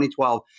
2012